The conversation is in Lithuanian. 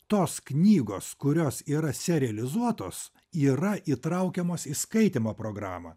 tos knygos kurios yra serializuotos yra įtraukiamos į skaitymo programą